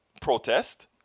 protest